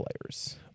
players